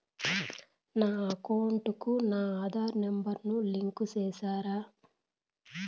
నా అకౌంట్ కు నా ఆధార్ నెంబర్ ను లింకు చేసారా